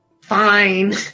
Fine